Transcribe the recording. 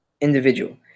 individual